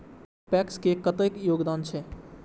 PACS के कतेक योगदान छै?